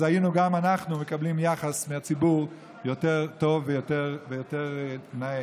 אז היינו גם אנחנו מקבלים מהציבור יחס יותר טוב ויותר נאה.